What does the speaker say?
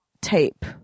tape